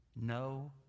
No